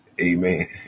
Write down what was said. Amen